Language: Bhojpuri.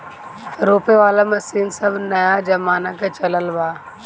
रोपे वाला मशीन सब नया जमाना के चलन बा